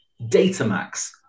Datamax